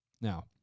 now